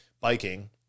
biking